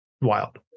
Wild